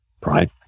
right